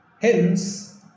Hence